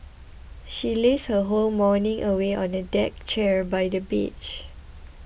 she lazed her whole morning away on a deck chair by the beach